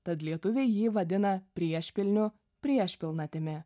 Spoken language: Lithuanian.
tad lietuviai jį vadina priešpilniu priešpilnatimi